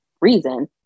reason